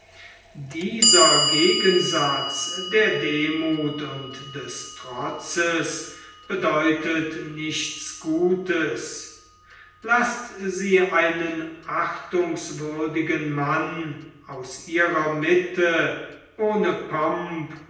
dieser gegensatz der demuth und des trotzes bedeutet nichts gutes laßt sie einen achtungswürdigen mann aus ihrer mitte ohne pomp